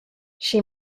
she